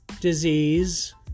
disease